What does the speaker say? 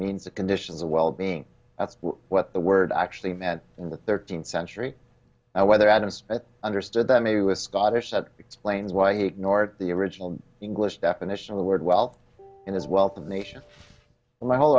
means the conditions of well being that's what the word actually met with thirteenth century and whether adams understood that maybe with scottish that explains why eight nort the original english definition of the word well in his wealth of nations my whole